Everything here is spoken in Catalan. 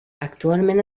actualment